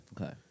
Okay